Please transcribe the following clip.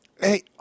hey